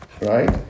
right